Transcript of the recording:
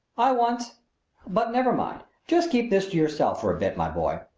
i once but never mind. just keep this to yourself for a bit, my boy.